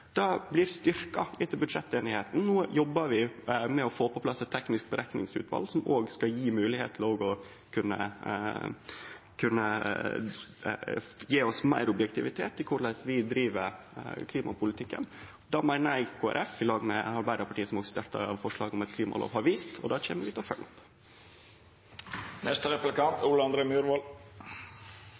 Det blir styrkt etter budsjetteinigheita. No jobbar vi med å få på plass eit teknisk berekningsutval som òg skal gje moglegheit til meir objektivitet i korleis vi driv klimapolitikken. Det meiner eg at Kristeleg Folkeparti, i lag med Arbeiderpartiet, som òg støtta forslaget om ei klimalov, har vist at vi vil ha, og det kjem vi til å